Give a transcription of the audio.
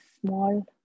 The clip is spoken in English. small